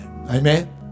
Amen